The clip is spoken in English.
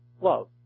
Love